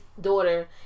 daughter